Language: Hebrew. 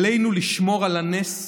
עלינו לשמור על הנס,